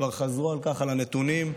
כבר חזרו על הנתונים,